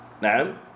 Now